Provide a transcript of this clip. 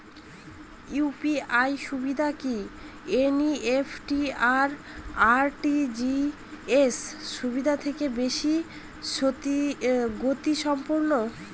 UPI সুবিধা কি NEFT আর আর.টি.জি.এস সুবিধা থেকে বেশি গতিসম্পন্ন?